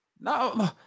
No